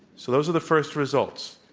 so those are the first results.